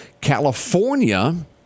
California